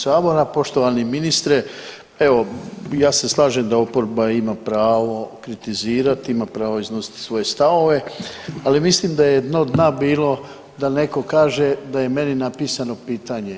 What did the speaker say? Poštovani ministre, evo ja se slažem da oporba ima pravo kritizirat i ima pravo iznosit svoje stavove, ali mislim da je dno dna bilo da neko kaže da je meni napisano pitanje.